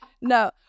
no